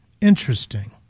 Interesting